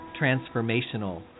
transformational